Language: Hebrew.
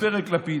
אני בפרק לפיד.